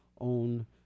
own